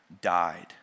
died